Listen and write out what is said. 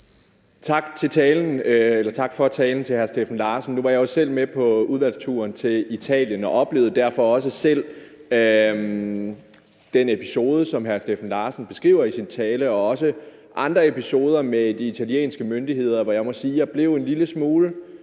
Tak til hr. Steffen Larsen for talen. Nu var jeg jo selv med på udvalgsturen til Italien og oplevede derfor også selv den episode, som hr. Steffen Larsen beskriver i sin tale, og også andre episoder med de italienske myndigheder, hvor jeg må sige, at jeg blev en lille smule